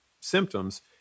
symptoms